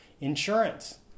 Insurance